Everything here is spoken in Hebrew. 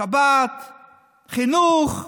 שבת, חינוך,